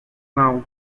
now